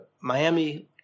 Miami